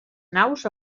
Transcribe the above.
naus